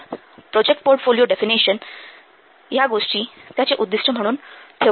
तर project portfolio definition ह्या गोष्टी त्याचे उद्दीष्टे म्हणून ठेवते